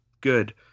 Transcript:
good